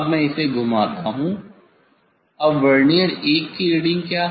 अब मैं इसे घुमाता हूं अब वर्नियर 1 की रीडिंग क्या है